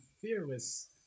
Fearless